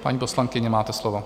Paní poslankyně, máte slovo.